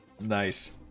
Nice